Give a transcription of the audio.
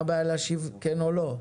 מה הבעיה להשיב כן או לא?